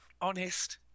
honest